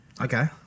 Okay